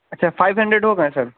اچھا five hundred ہو گئے ہیں سر